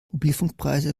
mobilfunkpreise